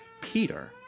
Peter